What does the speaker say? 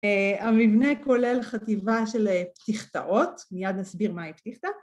המבנה כולל חטיבה של פתיחתאות, מיד נסביר מה היא פתיחתא.